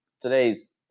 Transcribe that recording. today's